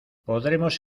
podremos